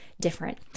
different